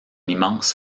immense